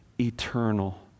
eternal